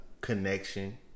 connection